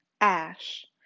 ash